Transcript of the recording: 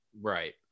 Right